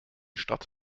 stadt